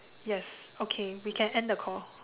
yes okay we can end the call